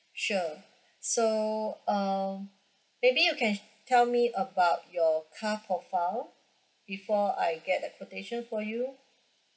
sure so um maybe you can tell me about your car profile before I get a quotation for you